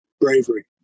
bravery